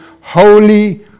Holy